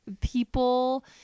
people